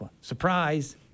Surprise